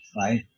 right